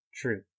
True